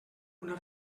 una